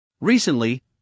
Recently